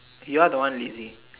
you are the one lazy